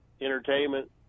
entertainment